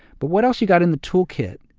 but what else you got in the tool kit,